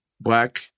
black